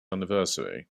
anniversary